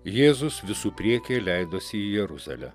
jėzus visų priekyje leidosi į jeruzalę